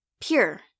Pure